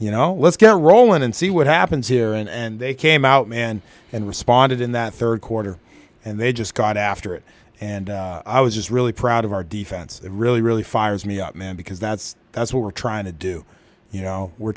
you know let's get rolling and see what happens here and they came out and and responded in that third quarter and they just got after it and i was really proud of our defense it really really fires me up man because that's that's what we're trying to do you know we're